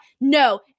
No